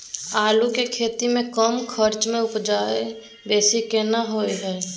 आलू के खेती में कम खर्च में उपजा बेसी केना होय है?